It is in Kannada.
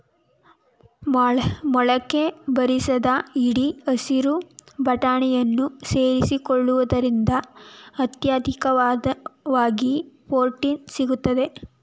ಮೊಳಕೆ ಬರಿಸಿದ ಹಿಡಿ ಹಸಿರು ಬಟಾಣಿನ ಸೇರಿಸಿಕೊಳ್ಳುವುದ್ರಿಂದ ಅತ್ಯಧಿಕವಾಗಿ ಪ್ರೊಟೀನ್ ಸಿಗ್ತದೆ